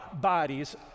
bodies